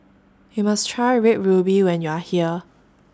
YOU must Try Red Ruby when YOU Are here